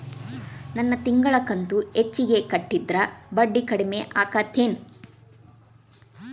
ನನ್ ತಿಂಗಳ ಕಂತ ಹೆಚ್ಚಿಗೆ ಕಟ್ಟಿದ್ರ ಬಡ್ಡಿ ಕಡಿಮಿ ಆಕ್ಕೆತೇನು?